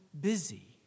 busy